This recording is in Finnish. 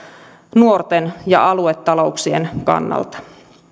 nuorten ja aluetalouksien kannalta